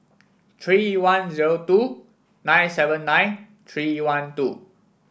three one zero two nine seven nine three one two